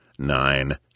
nine